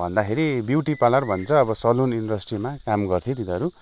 भन्दाखेरि beauty parlour भन्छ अब सलुन इन्डस्ट्रीमा काम गर्थ्यो तिनीहरू